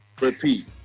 Repeat